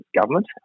government